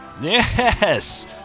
Yes